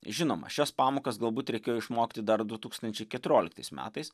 žinoma šias pamokas galbūt reikėjo išmokti dar du tūkstančiai keturioliktais metais